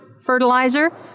fertilizer